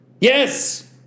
Yes